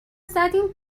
زدیم